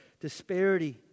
disparity